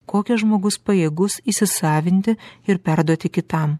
kokią žmogus pajėgus įsisavinti ir perduoti kitam